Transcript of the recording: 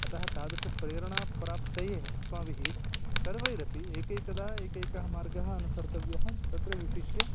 अतः तादृशी प्रेरणाप्राप्तये अस्माभिः सर्वैरपि एकैकदा एकैकः मार्गः अनुसर्तव्यः तत्र विशिष्य